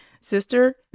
Sister